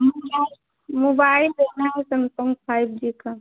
mobile mobile देखना है Samsung five G का